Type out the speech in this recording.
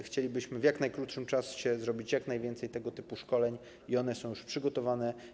Chcielibyśmy w jak najkrótszym czasie zrobić jak najwięcej tego typu szkoleń, one są już przygotowane.